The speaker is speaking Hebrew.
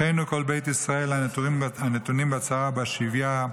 אחינו כל בית ישראל הנתונים בצרה ובשביה,